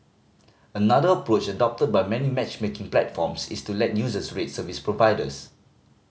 another approach adopted by many matchmaking platforms is to let users rate service providers